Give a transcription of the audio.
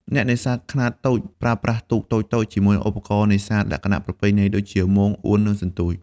អ្នកនេសាទខ្នាតតូចប្រើប្រាស់ ទូកតូចៗ ជាមួយឧបករណ៍នេសាទលក្ខណៈប្រពៃណីដូចជា មង អួន និងសន្ទូច។